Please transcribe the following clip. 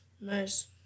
Nice